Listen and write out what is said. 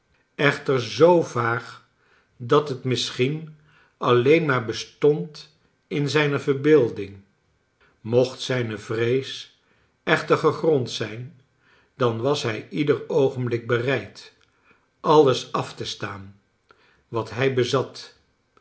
echter zoo vaag dat het misschien alleen maar bestond in zijne verbeelding mocht zijne vrees echter gegrond zijn dan was hij ieder oogenblik bereid alles af te staan wat hij bezat